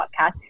podcast